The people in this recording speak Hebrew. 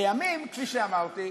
לימים, כפי שאמרתי,